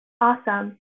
Awesome